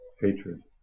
hatred